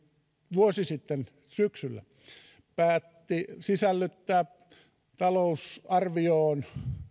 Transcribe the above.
vuosi sitten syksyllä päätti sisällyttää talousarvioon